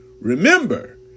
Remember